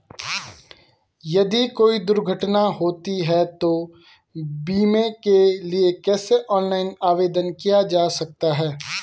यदि कोई दुर्घटना होती है तो बीमे के लिए कैसे ऑनलाइन आवेदन किया जा सकता है?